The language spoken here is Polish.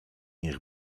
niech